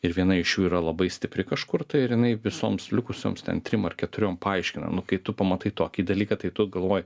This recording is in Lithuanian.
ir viena iš jų yra labai stipri kažkur tai ir jinai visoms likusioms ten trim ar keturiom paaiškina nu kai tu pamatai tokį dalyką tai tu galvoji